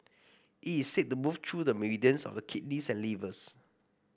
it is said to move through the meridians of the kidneys and livers